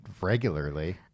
regularly